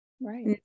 Right